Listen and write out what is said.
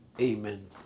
Amen